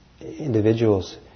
individuals